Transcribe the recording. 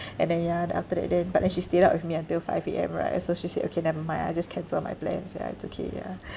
and then ya then after that then but then she stayed up with me until five A_M right so she said okay never mind I just cancel my plans ya it's okay yeah